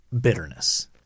bitterness